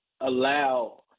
allow